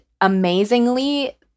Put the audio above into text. amazingly